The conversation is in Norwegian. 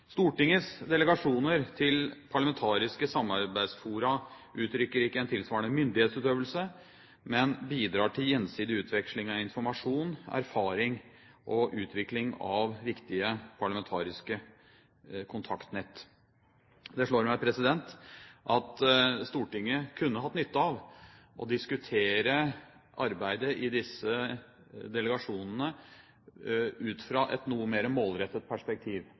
Stortingets delegasjoner til parlamentariske samarbeidsfora uttrykker ikke en tilsvarende myndighetsutøvelse, men bidrar til gjensidig utveksling av informasjon, erfaring og utvikling av viktige parlamentariske kontaktnett. Det slår meg at Stortinget kunne hatt nytte av å diskutere arbeidet i disse delegasjonene ut fra et noe mer målrettet perspektiv